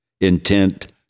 intent